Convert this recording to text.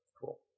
cool